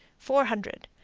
four hundred.